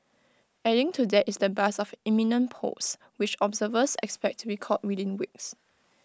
adding to that is the buzz of imminent polls which observers expect to be called within weeks